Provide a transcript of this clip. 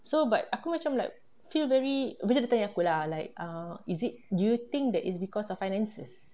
so but aku macam like feel very abeh dia tanya aku lah like err is it do you think that it's because of finances